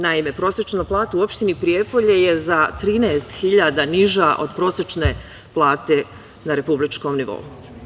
Naime, prosečna plata u opštini Prijepolje je za 13.000 niža od prosečne plate na republičkom nivou.